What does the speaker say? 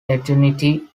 eternity